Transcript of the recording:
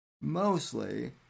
Mostly